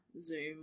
zoom